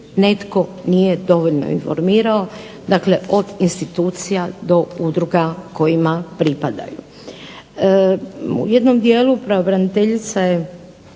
netko nije dovoljno informirao, dakle od institucija do udruga kojima pripadaju. U jednom dijelu pravobraniteljica je